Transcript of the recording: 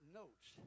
notes